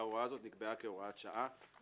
ההוראה הזו נקבעה כהוראת שעה.